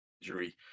injury